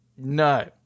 No